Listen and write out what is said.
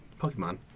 Pokemon